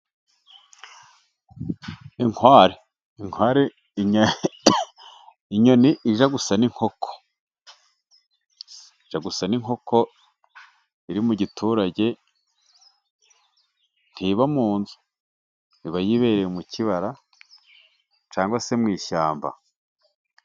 Inkware, inkware inyoni ijya gusa n'inkoko, ijya gusa inkoko iri mu giturage, ntiba mu nzu iba yibereye mu kibara cyangwa se mu ishyamba.